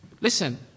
listen